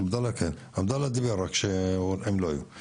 עבדאלה דיבר, רק שהם לא היו.